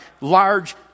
large